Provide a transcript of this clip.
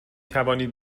توانید